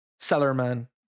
Sellerman